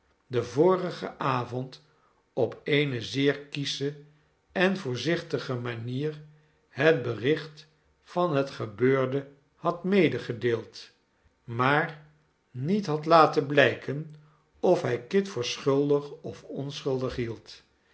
den vorigen avond op eene zeer kiesche en voorzichtige manier het bericht van het gebeurde had medegedeeld maar niet had laten blijken of hij kit voor schuldig of onschuldig hield